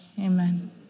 amen